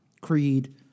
Creed